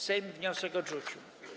Sejm wniosek odrzucił.